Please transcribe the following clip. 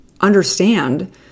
understand